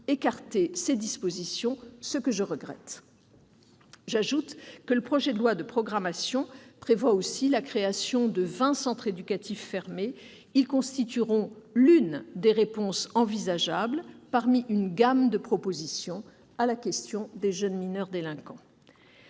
partie écartées, ce que je regrette. J'ajoute que le projet de loi de programmation prévoit la création de vingt centres d'éducation fermés. Ils constitueront l'une des réponses envisageables, parmi une gamme de propositions, à la question des jeunes mineurs délinquants.